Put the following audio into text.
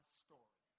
story